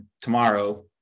tomorrow